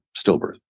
stillbirth